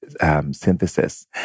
synthesis